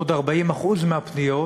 עוד 40% מהפניות